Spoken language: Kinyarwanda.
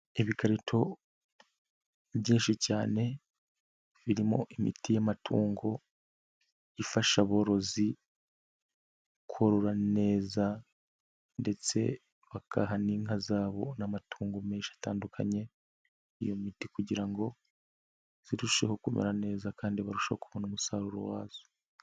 Ibikarito byinshi cyane birimo imiti y'amatungo ifasha aborozi korora neza ndetse bagaha n'inka zabo n'amatungo menshi atandukanye iyo miti, kugira ngo zirusheho kumera neza kandi barushaho kubona umusaruro wazo.